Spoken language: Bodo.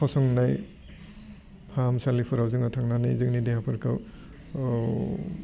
फसंनाय फाहामसालिफोराव जोङो थांनानै जोंनि देहाफोरखौ औ